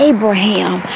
Abraham